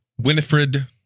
Winifred